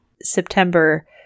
September